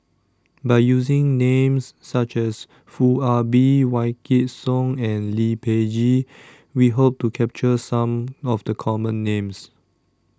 By using Names such as Foo Ah Bee Wykidd Song and Lee Peh Gee We Hope to capture Some of The Common Names